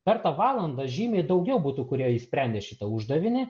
per tą valandą žymiai daugiau būtų kurie išsprendė šitą uždavinį